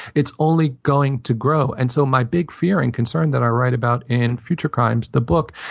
it's only going to grow. and so, my big fear and concern that i write about in future crimes, the book,